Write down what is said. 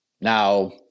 Now